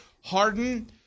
Harden